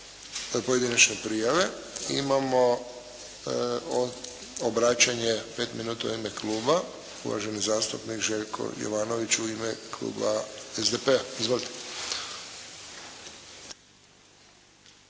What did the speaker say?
pojedinačne prijave. Imamo obraćanje 5 minuta u ime kluba, uvaženi zastupnik Željko Jovanović u ime kluba SDP-a. Izvolite.